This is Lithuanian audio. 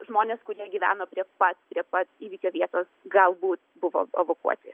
žmonės kurie gyveno prie pat prie pat įvykio vietos galbūt buvo evakuoti